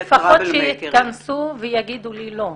שלפחות יתכנסו ויאמרו לי לא.